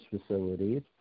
facilities